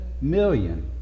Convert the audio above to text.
million